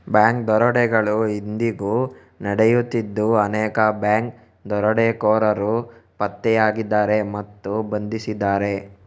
bank ದರೋಡೆಗಳು ಇಂದಿಗೂ ನಡೆಯುತ್ತಿದ್ದು ಅನೇಕ ಬ್ಯಾಂಕ್ ದರೋಡೆಕೋರರು ಪತ್ತೆಯಾಗಿದ್ದಾರೆ ಮತ್ತು ಬಂಧಿಸಿದ್ದಾರೆ